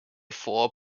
four